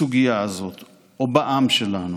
או בעם שלנו,